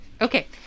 Okay